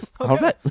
Okay